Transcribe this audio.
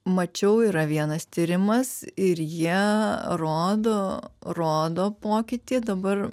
mačiau yra vienas tyrimas ir jie rodo rodo pokytį dabar